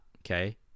Okay